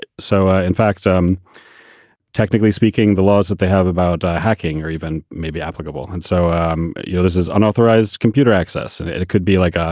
so, ah in fact, um technically speaking, the laws that they have about hacking or even maybe applicable. and so, um you know, this is unauthorized computer access. and it it could be like, ah